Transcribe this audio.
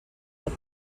pot